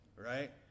Right